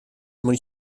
mwyn